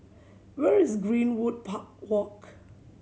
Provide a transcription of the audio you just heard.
where is Greenwood Walk